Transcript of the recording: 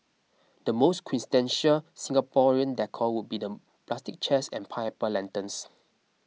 the most quintessential Singaporean decor would be the plastic chairs and pineapple lanterns